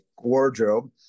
wardrobe